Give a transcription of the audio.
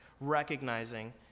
recognizing